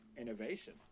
innovation